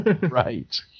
Right